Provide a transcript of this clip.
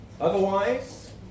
Otherwise